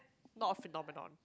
not a phenomenon